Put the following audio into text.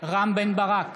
רם בן ברק,